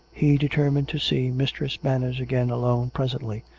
he determined to see mistress manners again alone presently,